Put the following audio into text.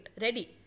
ready